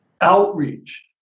outreach